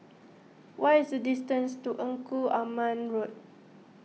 what is the distance to Engku Aman Road